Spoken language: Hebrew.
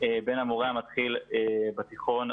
בין המורה המתחיל בתיכון,